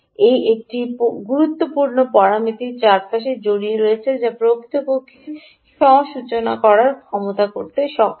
এই একটি গুরুত্বপূর্ণ পরামিতিটির চারপাশে জড়িয়ে রয়েছে যা প্রকৃতপক্ষে স্ব সূচনা করার ক্ষমতা করতে সক্ষম